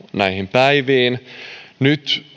päiviin nyt